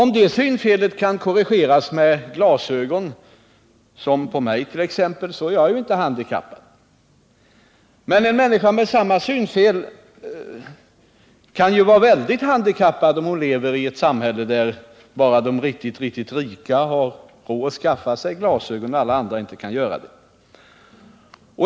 Om det synfelet kan korrigeras med glasögon, som på mig, är vederbörande inte handikappad. Men en människa med samma synfel kan vara väldigt handikappad om hon lever i ett sam'älle där bara de riktigt rika har råd att skaffa sig glasögon och där alla de andra inte kan göra det.